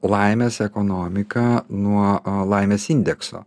laimės ekonomiką nuo laimės indekso